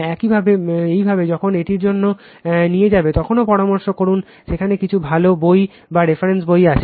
একইভাবে যখন এটির মধ্য দিয়ে যাবে তখনও পরামর্শ করুন সেখানে কিছু ভাল বই বা রেফারেন্স বই দেওয়া হয়